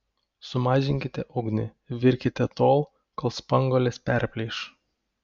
sumažinkite ugnį virkite tol kol spanguolės perplyš